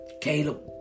Caleb